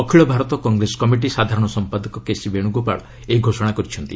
ଅଖିଳ ଭାରତ କଂଗ୍ରେସ କମିଟି ସାଧାରଣ ସମ୍ପାଦକ କେସି ବେଣୁଗୋପାଳ ଏହି ଘୋଷଣା କରିଛନ୍ତି